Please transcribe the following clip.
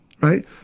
right